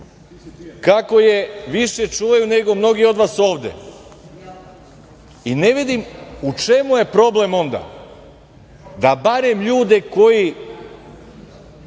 je više čuvaju nego mnogi od vas ovde. Ne vidim u čemu je problem onda da barem ljude koji